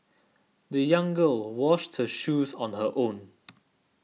the young girl washed her shoes on her own